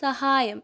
സഹായം